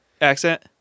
accent